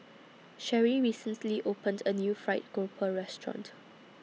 Sherrie recently opened A New Fried Grouper Restaurant